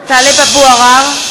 (קוראת בשמות חברי הכנסת) טלב אבו עראר,